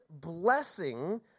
blessing